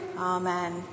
Amen